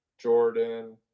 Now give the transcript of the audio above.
Jordan